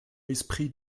esprit